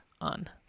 on